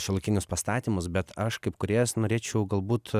šiuolaikinius pastatymus bet aš kaip kūrėjas norėčiau galbūt